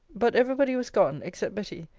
but every body was gone, except betty,